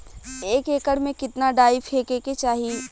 एक एकड़ में कितना डाई फेके के चाही?